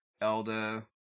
Elda